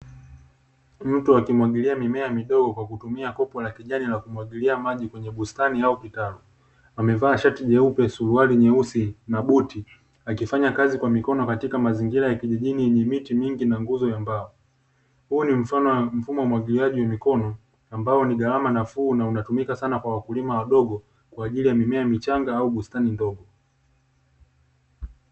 Mtu akimwagilia mimea midogo kwa kutumia kopo la kijani la kumwagilia maji kwenye bustani au vitalu. Amevaa shati jeupe, suruali nyeusi na buti, akifanya kazi kwa mikono katika mazingira ya kijijini yenye miti mingi na nguzo ya mbao. Huu ni mfano wa mfumo wa umwagiliaji wa mikono, ambao ni gharama nafuu na unatumika sana kwa wakulima wadogo, kwa ajili ya mimea michanga au bustani ndogo.